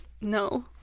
no